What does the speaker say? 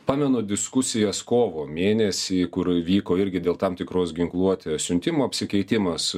pamenu diskusijas kovo mėnesį kur vyko irgi dėl tam tikros ginkluotės siuntimo apsikeitimas